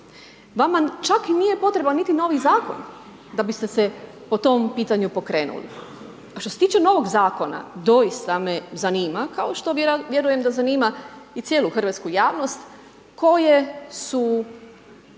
vama čak nije potreban niti novi zakon da biste se po tom pitanju pokrenuli. Što se tiče novog zakona, doista me zanima, kao što vjerujem da zanima i cijelu hrvatsku javnost koje su